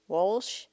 Walsh